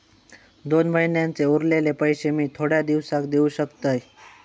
दोन महिन्यांचे उरलेले पैशे मी थोड्या दिवसा देव शकतय?